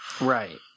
Right